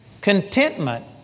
Contentment